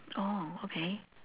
oh okay